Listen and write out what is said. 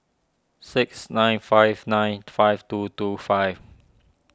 six nine five nine five two two five